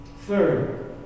Third